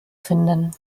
finden